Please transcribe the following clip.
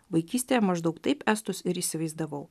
vaikystėje maždaug taip estus ir įsivaizdavau